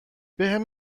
بهم